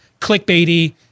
clickbaity